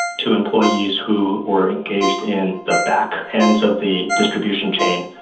to employees who were engaged in the back ends of the distribution chain.